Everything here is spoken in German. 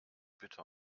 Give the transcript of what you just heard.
bitte